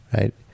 right